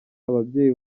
ababyeyi